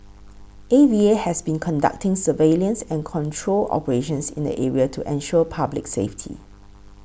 A V A has been conducting surveillance and control operations in the area to ensure public safety